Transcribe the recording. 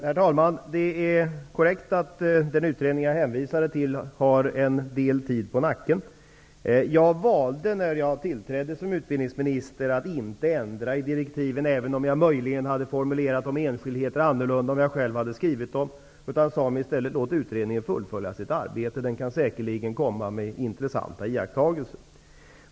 Herr talman! Det är korrekt att den utredning jag hänvisade till har en del tid på nacken. Jag valde när jag tillträdde som utbildningsminister att inte ändra i direktiven, även om jag möjligen hade formulerat enskildheter i direktiven annorlunda om jag själv hade skrivit dem. Jag sade mig i stället: Låt utredningen fullfölja sitt arbete. Den kan säkerligen komma med intressanta iakttagelser.